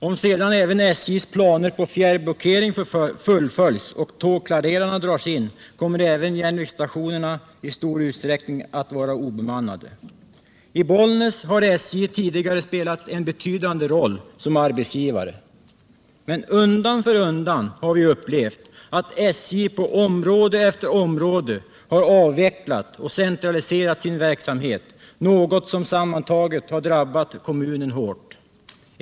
Om sedan även SJ:s planer på fjärrblockering fullföljs och tågklarerarna dras in, kommer även järnvägsstationerna i stor utsträckning att vara obemannade. I Bollnäs har SJ tidigare spelat en betydande roll som arbetsgivare. Men undan för undan har vi upplevt att SJ på område efter område har avvecklat och centraliserat sin verksamhet, något som sammantaget har drabbat kommunen hårt.